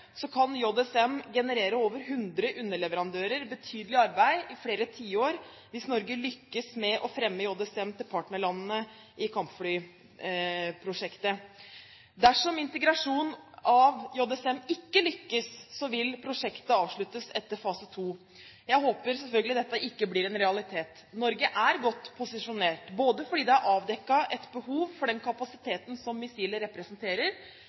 så langt har kontrakter om leveranse av deler til selve flyet, kan JSM generere over 100 underleverandører betydelig arbeid i flere tiår hvis Norge lykkes med å fremme JSM til partnerlandene i kampflyprosjektet. Dersom integrasjonen av JSM ikke lykkes, vil prosjektet avsluttes etter fase 2. Jeg håper selvfølgelig at dette ikke blir en realitet. Norge er godt posisjonert, ikke bare fordi det er avdekket et behov for den